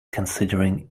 considering